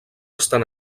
estan